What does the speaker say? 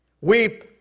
Weep